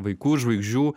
vaikų žvaigždžių